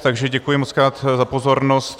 Takže děkuji mockrát za pozornost.